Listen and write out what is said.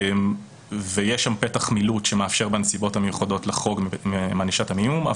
ויש שם פתח מילוט שמאפשר בנסיבות המיוחדות לחרוג מענישת המינימום.